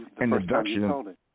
introduction